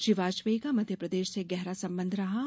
श्री वाजपेयी का मध्यप्रदेश से गहरा सम्बन्ध रहा है